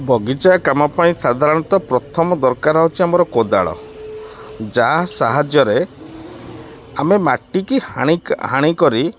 ବଗିଚା କାମ ପାଇଁ ସାଧାରଣତଃ ପ୍ରଥମ ଦରକାର ହେଉଛି ଆମର କୋଦାଳ ଯାହା ସାହାଯ୍ୟରେ ଆମେ ମାଟିକି ହାଣି ହାଣି କରି